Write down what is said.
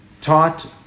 taught